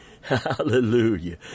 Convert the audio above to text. Hallelujah